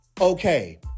Okay